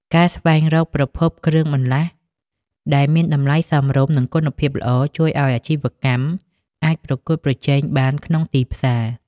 ការស្វែងរកប្រភពគ្រឿងបន្លាស់ដែលមានតម្លៃសមរម្យ និងគុណភាពល្អ ជួយឱ្យអាជីវកម្មអាចប្រកួតប្រជែងបានក្នុងទីផ្សារ។